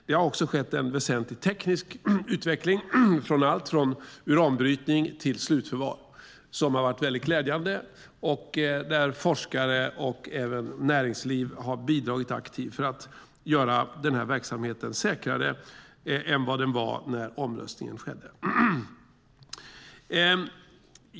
Det har skett en väsentlig teknisk utveckling inom allt från uranbrytning till slutförvar. Det är glädjande. Forskare och näringsliv har bidragit aktivt för att göra verksamheten säkrare än vad den var när omröstningen skedde.